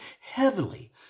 heavily